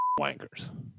wankers